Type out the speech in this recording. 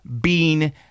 bean